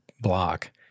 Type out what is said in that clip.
block